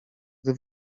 gdy